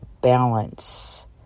balance